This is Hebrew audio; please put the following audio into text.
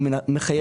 הוא מחייב אותו.